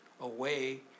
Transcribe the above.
away